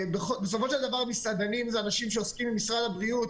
בסופו של דבר מסעדנים זה אנשים שמתעסקים עם משרד הבריאות